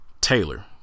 Taylor